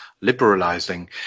liberalizing